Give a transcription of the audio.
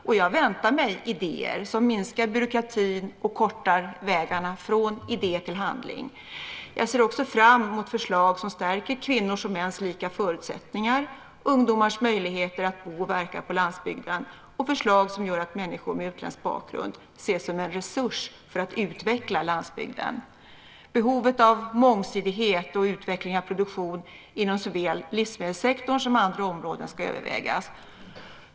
Och jag väntar mig idéer som minskar byråkratin och kortar vägarna från idé till handling. Jag ser också fram mot förslag som stärker kvinnors och mäns lika förutsättningar, ungdomars möjligheter att bo och verka på landsbygden och förslag som gör att människor med utländsk bakgrund ses som en resurs för att utveckla landsbygden. Behovet av mångsidighet och utveckling av produktion inom såväl livsmedelssektorn som andra områden ska övervägas.